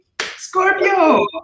Scorpio